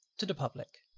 to the public.